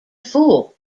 fool